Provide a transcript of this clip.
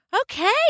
Okay